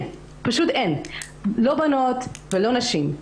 לא בנות ולא נשים.